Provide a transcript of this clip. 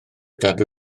gadw